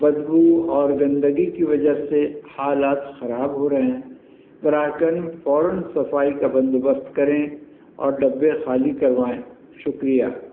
بدبو اور گندگی کی وجہ سے حالات خراب ہو رہے ہیں پراگند فوراً صفائی کا بندوبست کریں اور ڈبے خالی کروائیں شکریہ